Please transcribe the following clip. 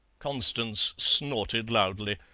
constance snorted loudly.